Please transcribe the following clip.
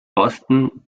boston